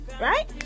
right